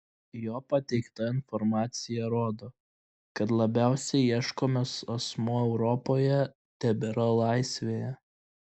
jo pateikta informacija rodo kad labiausiai ieškomas asmuo europoje tebėra laisvėje